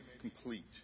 complete